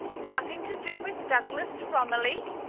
nothing to do with douglas romilly!